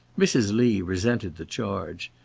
mrs. lee resented the charge.